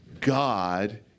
God